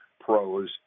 pros